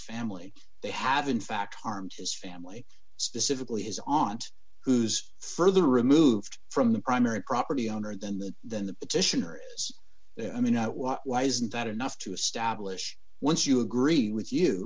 family they have in fact harmed his family specifically his aunt who's further removed from the primary property owner then the then the petitioner i mean what why isn't that enough to establish once you agree with you